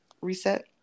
reset